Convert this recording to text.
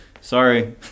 sorry